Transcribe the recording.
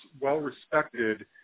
well-respected